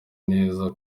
neza